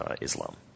Islam